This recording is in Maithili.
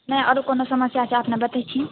नहि आओर कोनो समस्या छै अपने बतैथिन